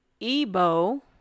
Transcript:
ebo